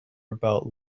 about